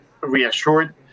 reassured